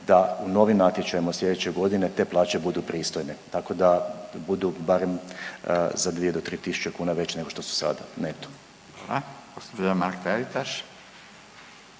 da novim natječajima slijedeće godine te plaće budu pristojne. Tako da budu barem za 2 do 3.000 kuna veće nego što su sada neto. **Radin, Furio